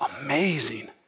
amazing